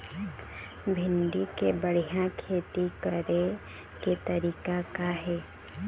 भिंडी के बढ़िया खेती करे के तरीका का हे?